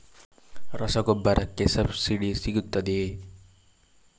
ರಸಗೊಬ್ಬರಕ್ಕೆ ಸಬ್ಸಿಡಿ ಸಿಗುತ್ತದೆಯೇ?